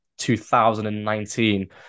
2019